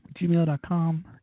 gmail.com